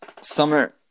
Summer